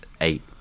eight